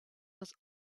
was